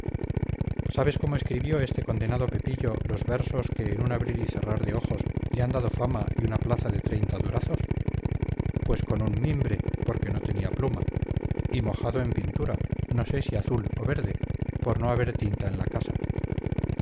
sabes cómo escribió este condenado pepillo los versos que en un abrir y cerrar de ojos le han dado fama y una plaza de treinta durazos pues con un mimbre porque no tenía pluma y mojado en pintura no sé si azul o verde por no haber tinta en la casa